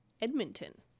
edmonton